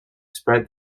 spread